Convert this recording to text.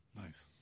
Nice